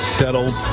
settled